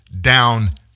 down